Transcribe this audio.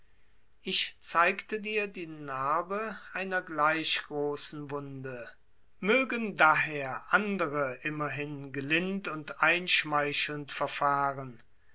ich zeigte dir die narbe einer gleich großen wunde mögen daher andere immerhin gelind und einschmeicheln verfahren